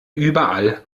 überall